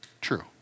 true